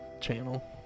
channel